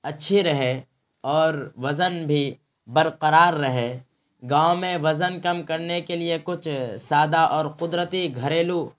اچھی رہے اور وزن بھی برقرار رہے گاؤں میں وزن کم کرنے کے لیے کچھ سادہ اور قدرتی گھریلو